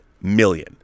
million